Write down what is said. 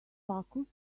faculty